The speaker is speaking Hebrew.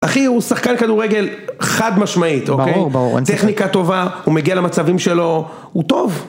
אחי, הוא שחקן כדורגל חד-משמעית, אוקיי? ברור, ברור. טכניקה טובה, הוא מגיע למצבים שלו, הוא טוב.